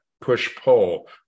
push-pull